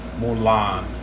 Mulan